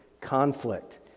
conflict